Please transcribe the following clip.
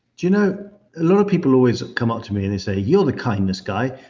you know lot of people always come up to me and they say, you're the kindness guy,